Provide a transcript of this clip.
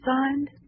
signed